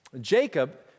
Jacob